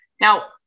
Now